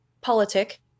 politic